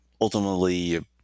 ultimately